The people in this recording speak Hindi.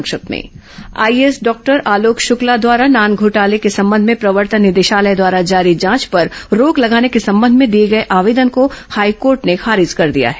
संक्षिप्त समाचार आईएएस डॉक्टर आलोक शुक्ला द्वारा नान घोटाले के संबंध में प्रवर्तन निदेशालय द्वारा जारी जांच पर रोक लगाने के संबंध में दिए गए आवेदन को हाईकोर्ट ने खारिज कर दिया है